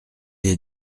est